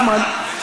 אחמד,